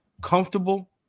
comfortable